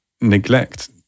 neglect